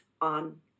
on